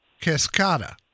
Cascada